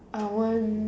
I want